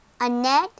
Annette